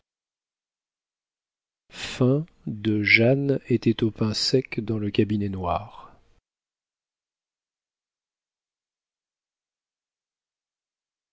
jeanne était au pain sec dans le cabinet noir